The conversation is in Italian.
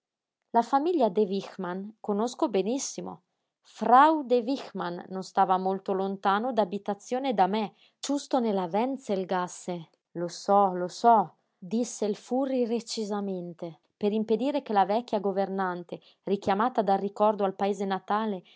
la famiglia de wichmann conosco benissimo frau de wichmann non stava molto lontano d'abitazione da me ciusto nella wenzelgasse lo so lo so disse il furri recisamente per impedire che la vecchia governante richiamata dal ricordo al paese natale